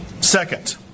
Second